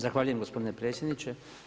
Zahvaljujem gospodine predsjedniče.